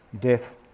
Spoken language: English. death